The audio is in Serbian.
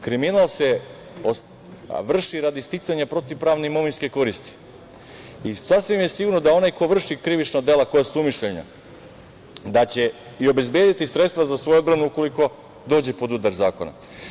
Kriminal se vrši radi sticanja protiv pravne koristi i sasvim je sigurno da onaj ko vrši krivična dela za koja se sumnjiči da će i obezbediti sredstva za svoju odbranu ukoliko dođe pod udar zakona.